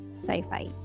sci-fi